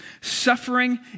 Suffering